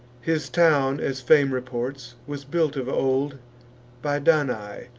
his town, as fame reports, was built of old by danae,